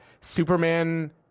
Superman